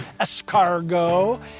escargot